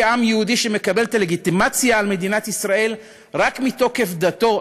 כעם יהודי שמקבל את הלגיטימציה על מדינת ישראל רק מתוקף דתו,